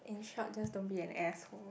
in short just don't be an asshole